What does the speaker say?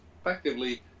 effectively